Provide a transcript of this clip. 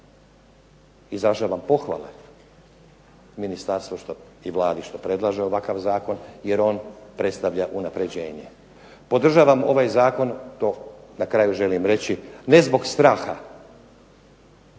Izražavam pohvale ministarstvu i Vladi što predlaže ovakav zakon, jer on predstavlja unapređenje. Podržavam ovaj zakon to na kraju želim reći, ne zbog straha,